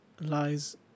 lies